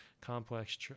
complex